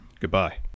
Goodbye